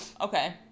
okay